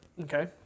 Okay